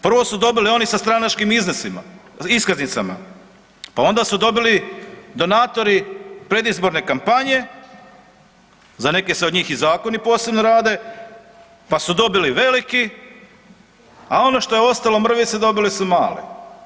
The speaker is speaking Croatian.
Prvo su dobili oni sa stranačkim iskaznicama, pa onda su dobili donatori predizborne kampanje, za neke se od njih i zakoni posebno rade, pa su dobili veliki a ono što je ostalo, mrvice dobili su mali.